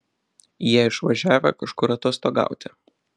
jie išvažiavę kažkur atostogauti